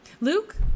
Luke